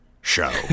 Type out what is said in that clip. show